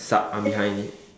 sup I'm behind it